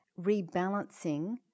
rebalancing